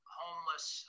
homeless